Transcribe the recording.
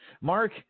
Mark